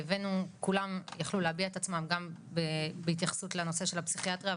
כולם יכלו להביע את עצמם גם בהתייחסות לנושא של הפסיכיאטריה,